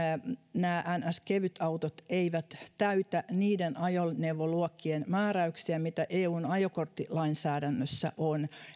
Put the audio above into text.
nämä niin sanottu kevytautot eivät täytä niiden ajoneuvoluokkien määräyksiä mitä eun ajokorttilainsäädännössä on